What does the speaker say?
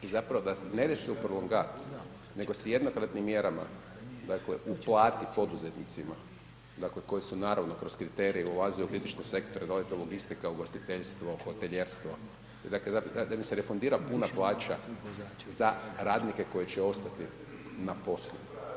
Zapravo da ne ide se u prologat nego se jednokratnim mjerama dakle uplati poduzetnicima, dakle koji su naravno kroz kriterije ulaze u kritične sektore, da li je to logistika, ugostiteljstvo, hotelijerstvo, dakle da im se refundira puna plaća za radnike koji će ostati na poslu.